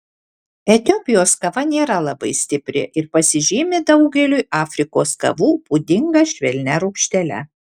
etiopijos kava nėra labai stipri ir pasižymi daugeliui afrikos kavų būdinga švelnia rūgštele